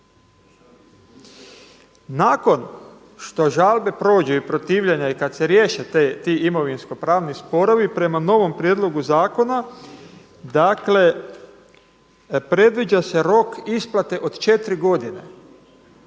Nakon što žalbe prođu i protivljenja i kada se riješe ti imovinskopravni sporovi prema novom prijedlogu zakona dakle predviđa se rok isplate od 4 godine.